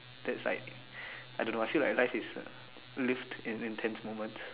that's like I don't know I feel like life is a lived in intense moments